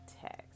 text